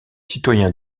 citoyen